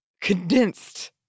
Condensed